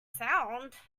sound